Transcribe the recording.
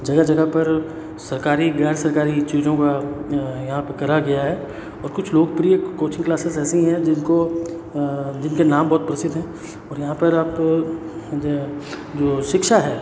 जगह जगह पर सरकारी गैर सरकारी चीज़ों का यहाँ पे करा गया है और कुछ लोकप्रिय कोचिंग क्लासिज़ एसी हैं जिनको जिनके नाम बहुत प्रसिध हैं और यहाँ पर आप जो शिक्षा है